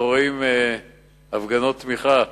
אנחנו רואים הפגנות תמיכה